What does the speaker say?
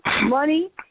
money